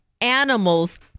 animals